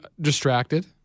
distracted